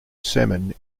salmon